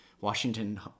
Washington